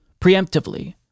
preemptively